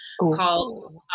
called